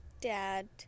dad